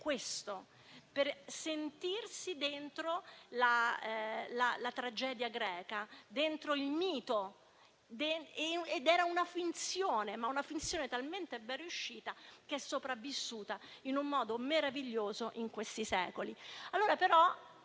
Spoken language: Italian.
teatro e per sentirsi dentro la tragedia greca, dentro il mito. Era una finzione, ma una finzione talmente ben riuscita che è sopravvissuta in un modo meraviglioso in questi secoli. Allora però